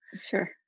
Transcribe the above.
Sure